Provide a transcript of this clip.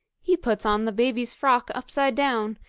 he puts on the baby's frock upside down,